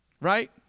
right